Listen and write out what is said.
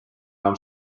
enam